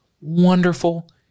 wonderful